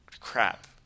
crap